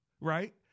right